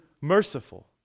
merciful